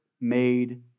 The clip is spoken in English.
made